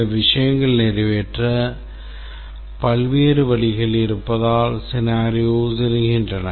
சில விஷயங்கள் நிறைவேற்ற பல்வேறு வழிகள் இருப்பதால் scenarios எழுகின்றன